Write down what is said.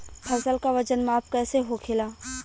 फसल का वजन माप कैसे होखेला?